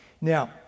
Now